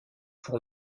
pour